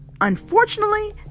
unfortunately